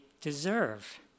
deserve